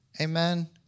Amen